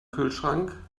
kühlschrank